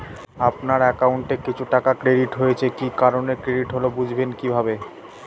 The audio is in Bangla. আপনার অ্যাকাউন্ট এ কিছু টাকা ক্রেডিট হয়েছে কি কারণে ক্রেডিট হল বুঝবেন কিভাবে?